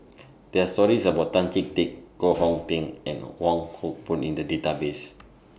There Are stories about Tan Chee Teck Koh Hong Teng and Wong Hock Boon in The Database